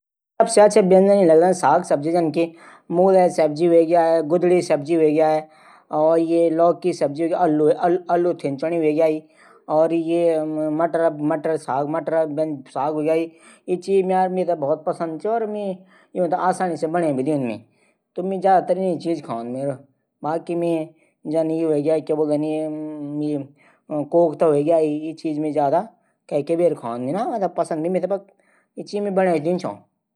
छुटा बच्चों की चोटी मेथे त आंदी पर दियाखी कि पैली छोटी बंदण मा कम कम बाल लींण फिर ऊंथै घुमाण तब रबड न ऊंथे बरीक बरीक छोटी बंदण। हम आस पास लुखू मां सिखी की छोटी कन बदैं जांदी।